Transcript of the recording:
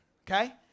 Okay